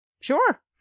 Sure